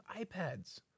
iPads